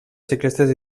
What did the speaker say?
ciclistes